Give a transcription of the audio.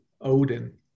Odin